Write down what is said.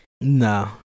No